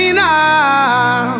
now